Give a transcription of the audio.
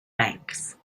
banks